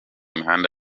mihanda